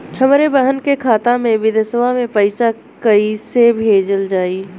हमरे बहन के खाता मे विदेशवा मे पैसा कई से भेजल जाई?